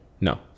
No